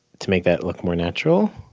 to make that look more natural,